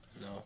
No